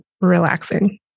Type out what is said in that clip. relaxing